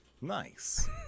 Nice